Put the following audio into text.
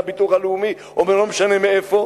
מהביטוח הלאומי או לא משנה מאיפה,